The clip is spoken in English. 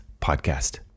podcast